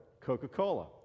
Coca-Cola